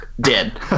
dead